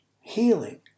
healing